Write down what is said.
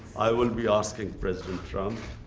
i will be asking president trump